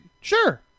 Sure